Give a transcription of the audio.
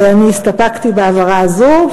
ואני הסתפקתי באמירה הזו.